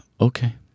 okay